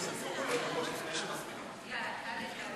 הצבאיים (תיקוני חקיקה), התשע"ו 2015, נתקבלה.